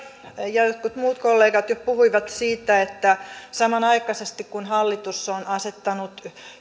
jotkut muut kollegat jo puhuivat siitä että samanaikaisesti kun hallitus on asettanut